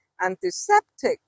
antiseptic